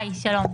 שלום,